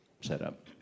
setup